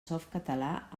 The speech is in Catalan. softcatalà